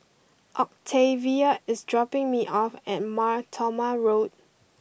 Octavia is dropping me off at Mar Thoma Road